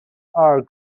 are